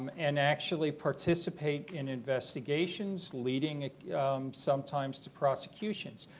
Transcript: um and actually participate in investigations weeding sometimes to prosecutions.